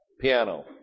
piano